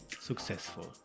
successful